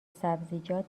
سبزیجات